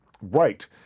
right